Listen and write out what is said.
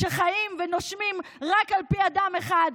שחיים ונושמים רק על פי אדם אחד,